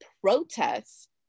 protests